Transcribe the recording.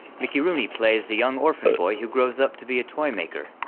mickey rooney plays the young orphan boy who grows up to be a toymaker,